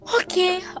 okay